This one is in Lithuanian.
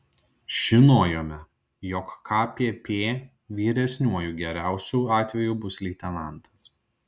žinojome jog kpp vyresniuoju geriausiu atveju bus leitenantas